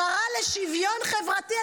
השרה לשוויון חברתי,